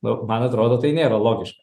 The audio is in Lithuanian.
nu man atrodo tai nėra logiška